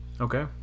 Okay